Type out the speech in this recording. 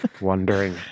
wondering